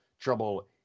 trouble